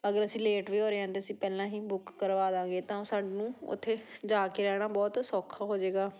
ਅਗਰ ਅਸੀਂ ਲੇਟ ਵੀ ਹੋ ਰਹੇ ਹਾਂ ਤਾਂ ਅਸੀਂ ਪਹਿਲਾਂ ਹੀ ਬੁੱਕ ਕਰਵਾ ਦਾਂਗੇ ਤਾਂ ਸਾਨੂੰ ਉੱਥੇ ਜਾ ਕੇ ਰਹਿਣਾ ਬਹੁਤ ਸੌਖਾ ਹੋ ਜੇਗਾ